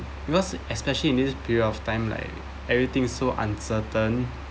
because especially in this period of time like everything so uncertain